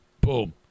Boom